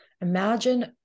Imagine